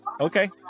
Okay